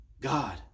God